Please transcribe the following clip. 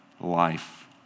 life